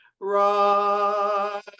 right